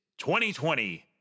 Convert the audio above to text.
2020